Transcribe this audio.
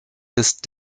ist